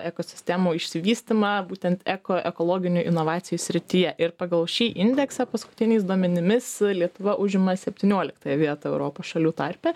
ekosistemų išsivystymą būtent eko ekologinių inovacijų srityje ir pagal šį indeksą paskutiniais duomenimis lietuva užima septynioliktąją vietą europos šalių tarpe